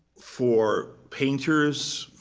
for painters,